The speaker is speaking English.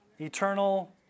Eternal